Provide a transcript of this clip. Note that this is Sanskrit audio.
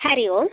हरि ओं